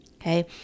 okay